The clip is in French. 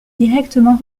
directement